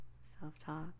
self-talk